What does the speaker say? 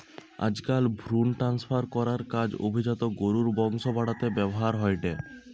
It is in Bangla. আজকাল ভ্রুন ট্রান্সফার করার কাজ অভিজাত গরুর বংশ বাড়াতে ব্যাভার হয়ঠে